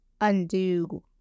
undo